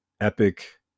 epic